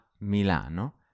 Milano